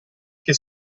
che